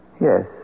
Yes